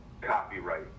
copyright